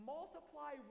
Multiply